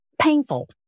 painful